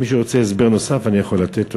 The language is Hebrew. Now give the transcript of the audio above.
אם מישהו רוצה הסבר נוסף, אני יכול לתת.